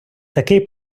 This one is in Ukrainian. такий